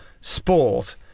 sport